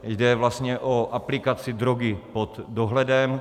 Jde vlastně o aplikaci drogy pod dohledem.